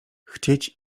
chcieć